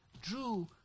drew